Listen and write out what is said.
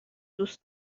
دوست